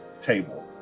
table